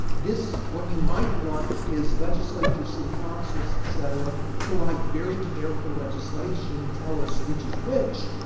this what you might want is legislators, city councils, et cetera, to write very careful legislation and tell us which is which,